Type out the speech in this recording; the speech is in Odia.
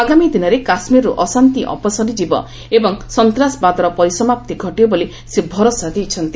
ଆଗାମୀ ଦିନରେ କାଶ୍ମୀରରୁ ଅଶାନ୍ତି ଅପସରି ଯିବ ଏବଂ ସନ୍ତାସବାଦର ପରିସମାପ୍ତି ଘଟିବ ବୋଲି ସେ ଭରସା ଦେଇଛନ୍ତି